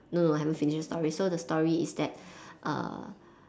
no no I haven't finish the story so the story is that uh